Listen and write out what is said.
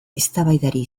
eztabaidari